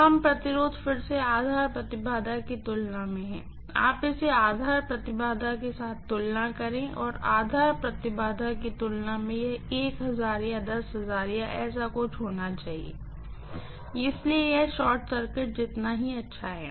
कम प्रतिरोध फिर से आधार इम्पीडेन्स की तुलना में है आप इसे आधार इम्पीडेन्स के साथ तुलना करेंगे और आधार इम्पीडेन्स की तुलना में यह या या ऐसा ही कुछ होना चाहिए इसलिए यह शॉर्ट सर्किट जितना ही अच्छा है